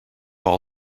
all